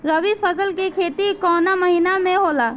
रवि फसल के खेती कवना महीना में होला?